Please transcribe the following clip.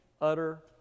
utter